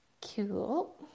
Cool